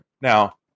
Now